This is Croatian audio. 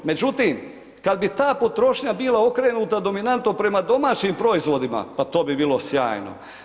Međutim, kada bi ta potrošnja bila okrenuta dominantno prema domaćim proizvodima, pa to bi bilo sjajno.